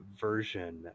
version